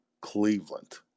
Cleveland